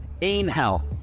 inhale